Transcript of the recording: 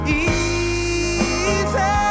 easy